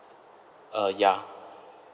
uh ya